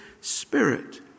spirit